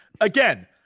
Again